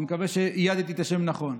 אני מקווה שאייתי את השם נכון: